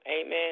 Amen